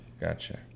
Gotcha